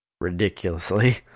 ridiculously